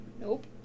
Nope